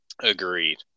Agreed